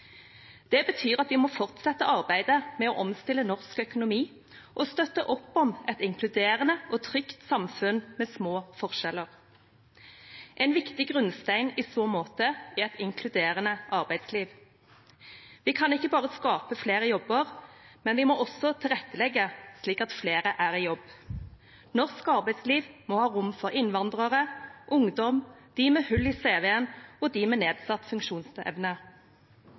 Det betyr at vi må fortsette arbeidet med å omstille norsk økonomi og støtte opp om et inkluderende og trygt samfunn med små forskjeller. En viktig grunnstein i så måte er et inkluderende arbeidsliv. Vi kan ikke bare skape flere jobber, men vi må også tilrettelegge slik at flere er i jobb. Norsk arbeidsliv må ha rom for innvandrere, ungdom, dem med hull i cv-en og dem med nedsatt funksjonsevne.